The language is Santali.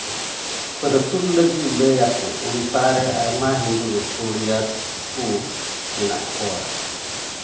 ᱯᱟᱹᱨᱛᱩᱞ ᱞᱟᱹᱜᱤᱫ ᱞᱟᱹᱭᱟᱠᱚ ᱩᱲᱤᱥᱥᱟ ᱨᱮ ᱟᱭᱢᱟ ᱦᱤᱱᱫᱩ ᱜᱟᱹᱠᱷᱩᱲᱤᱭᱟᱹ ᱠᱚ ᱢᱮᱱᱟᱜ ᱠᱚᱣᱟ